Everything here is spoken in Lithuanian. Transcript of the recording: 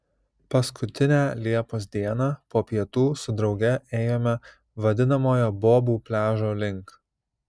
paskutinę liepos dieną po pietų su drauge ėjome vadinamojo bobų pliažo link